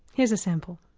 here's a sample.